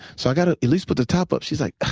so i've got to at least put the top up. she's like,